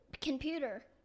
computer